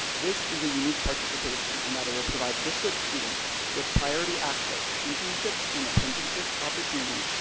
this is a unique participation in that it will provide district students with priority access to internships and apprenticeships, opportunities,